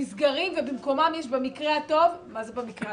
נסגרים ובמקומם יש במקרה הטוב מה זה טוב?